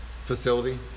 facility